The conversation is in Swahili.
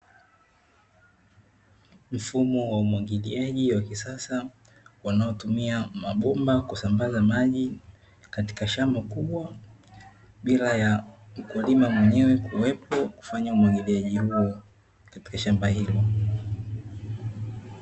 Mfumo wa umwagiliaji wa kisasa unaotumia mabomba kusambaza maji katika shamba kubwa, bila ya mkulima mwenyewe kuwepo kufanya umwagiliaji huo katika shamba hilo.